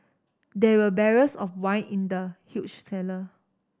there were barrels of wine in the huge cellar